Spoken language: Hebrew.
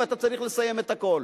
ואתה צריך לסיים את הכול.